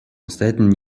настоятельную